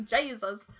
Jesus